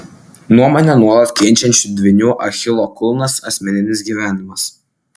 nuomonę nuolat keičiančių dvynių achilo kulnas asmeninis gyvenimas